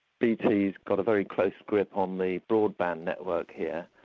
bt's got a very close grip on the broadband network here,